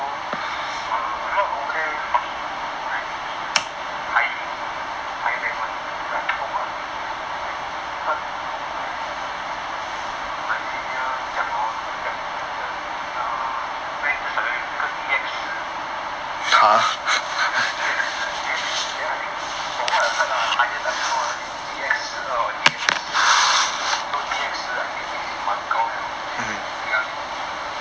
so a lot over there fucking like what high rank [one] like from what I heard my senior 讲 hor 他们讲他们的 err rank 至少要 D_X 十 ya D_X 十 then I think from what I heard lah highest I don't know ah is D_X D_X 十二 or D_X 十五 so I think D_X 十 is 蛮高了